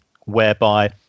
whereby